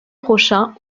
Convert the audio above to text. prochain